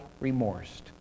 remorse